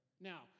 Now